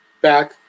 back